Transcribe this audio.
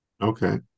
Okay